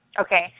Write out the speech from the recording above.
Okay